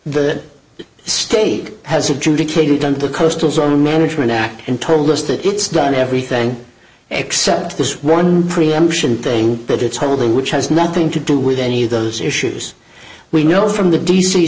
the state has adjudicated on the coastal zone management act and told us that it's done everything except this one preemption thing that it's holding which has nothing to do with any of those issues we know from the d